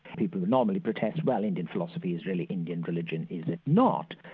people normally protest, well indian philosophy is really indian religion, is it not.